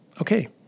Okay